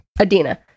Adina